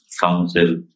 Council